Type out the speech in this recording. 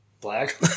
Black